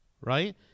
right